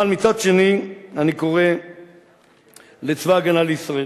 אבל מצד שני, אני קורא לצבא-הגנה לישראל